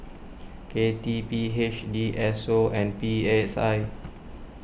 K T P H D S O and P S I